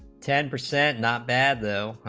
ten percent not bad though,